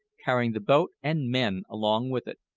carrying the boat and men along with it.